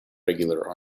regular